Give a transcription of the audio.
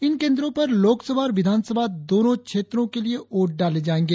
इन केंद्रों पर लोकसभा और विधानसभा दोनों क्षेत्रों के लिए वोट डाले जायेंगे